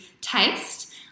taste